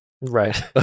right